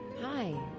Hi